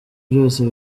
vyose